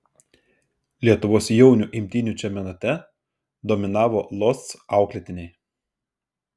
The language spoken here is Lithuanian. lietuvos jaunių imtynių čempionate dominavo losc auklėtiniai